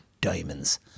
Diamonds